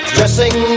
Dressing